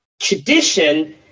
tradition